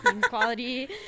quality